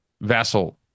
vassal